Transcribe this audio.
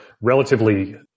relatively